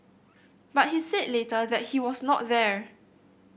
but he said later that he was not there